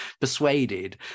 persuaded